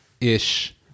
ish